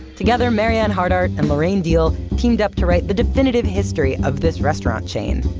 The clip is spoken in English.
together, marianne hardart and lorraine diehl teamed up to write the definitive history of this restaurant chain.